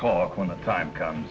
talk when the time comes